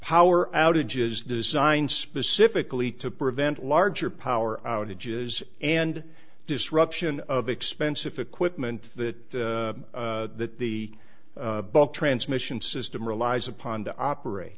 power as outages designed specifically to prevent larger power outages and disruption of expensive equipment that that the bulk transmission system relies upon to operate